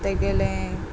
तेगेलें